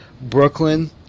Brooklyn